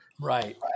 Right